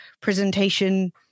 presentation